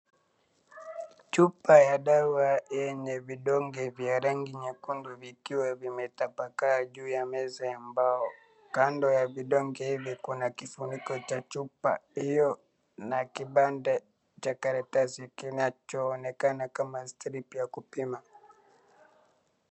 Chupa ya dawa yenye vidonge vya rangi nyekundu vikiwa vimetapakaa juu ya meza ya mbao. Kando ya vidonge hivi kuna kifuniko cha chupa hiyo na kipande cha karatsi kinachoonekana kama strip ya kupima.